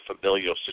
familial